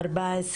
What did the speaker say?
בוקר טוב לכולם.